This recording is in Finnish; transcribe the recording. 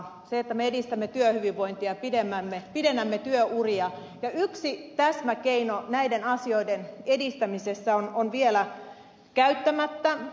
me edistämme työhyvinvointia pidennämme työuria ja yksi täsmäkeino näiden asioiden edistämisessä on vielä käyttämättä